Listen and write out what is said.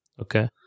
Okay